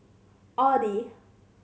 audi